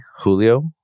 Julio